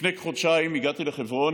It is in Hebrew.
לפני חודשיים הגעתי לחברון,